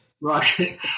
Right